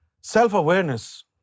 Self-awareness